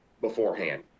beforehand